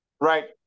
right